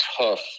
tough